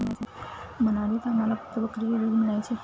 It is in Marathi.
मनालीत आम्हाला फक्त बकरीचे दूध मिळायचे